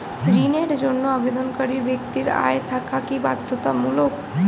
ঋণের জন্য আবেদনকারী ব্যক্তি আয় থাকা কি বাধ্যতামূলক?